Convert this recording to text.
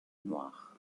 noir